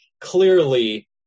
Clearly